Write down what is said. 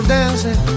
dancing